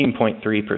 18.3%